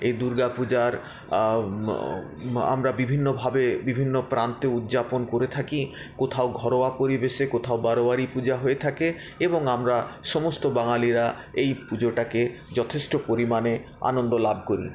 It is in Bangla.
এই দুর্গাপূজার আমরা বিভিন্নভাবে বিভিন্ন প্রান্তে উদযাপন করে থাকি কোথাও ঘরোয়া পরিবেশে কোথাও বারোয়ারি পূজা হয়ে থাকে এবং আমরা সমস্ত বাঙালিরা এই পুজোটাকে যথেষ্ট পরিমাণে আনন্দলাভ করি